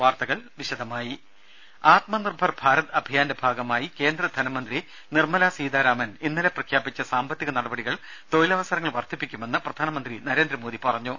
വാർത്തകൾ വിശദമായി ആത്മനിർഭർ ഭാരത് അഭിയാന്റെ ഭാഗമായി കേന്ദ്ര ധനമന്ത്രി നിർമ്മലാ സീതാരാമൻ ഇന്നലെ പ്രഖ്യാപിച്ച സാമ്പത്തിക നടപടികൾ തൊഴിലവസരങ്ങൾ വർദ്ധിപ്പിക്കുമെന്ന് പ്രധാനമന്ത്രി നരേന്ദ്രമോദി പറഞ്ഞു